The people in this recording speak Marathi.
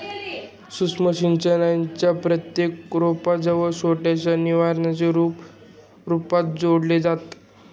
सूक्ष्म सिंचनाला प्रत्येक रोपा जवळ छोट्याशा निर्वाहाच्या रूपात सोडलं जातं